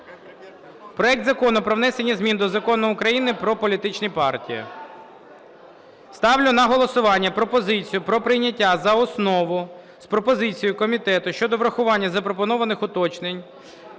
проект Закону про внесення змін до Закону України "Про політичні партії". Ставлю на голосування пропозицію про прийняття за основу з пропозицією комітету щодо врахування запропонованих уточнень.